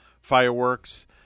fireworks